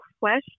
question